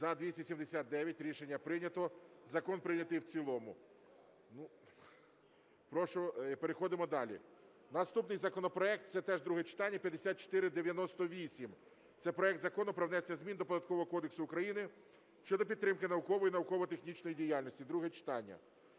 За-279 Рішення прийнято. Закон прийнятий в цілому. Переходимо далі. Наступний законопроект (це теж друге читання) 5498 - це проект Закону про внесення змін до Податкового кодексу України щодо підтримки наукової і науково-технічної діяльності (друге читання).